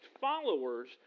followers